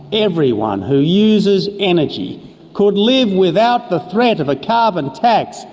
everyone who uses energy could live without the threat of a carbon tax,